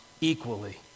equally